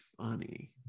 funny